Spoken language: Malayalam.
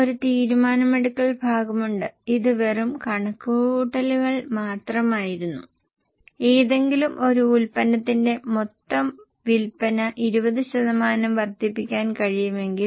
ഒരു യൂണിറ്റിന് അവരുടെ വില ഇപ്പോൾ ഞങ്ങൾക്കറിയാം അതുപയോഗിച്ചു അവർ ചോദിക്കുന്നതോ അവർ ശ്രമിക്കുന്നതോ അല്ലെങ്കിൽ അവർ ആഗ്രഹിക്കുന്നതോ ആയ ചെലവിന്റെ 20 ശതമാനം മാർജിൻ നിങ്ങൾക്ക് കണക്കാക്കാം